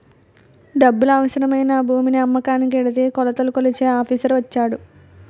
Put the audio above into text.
డబ్బులు అవసరమై నా భూమిని అమ్మకానికి ఎడితే కొలతలు కొలిచే ఆఫీసర్ వచ్చాడు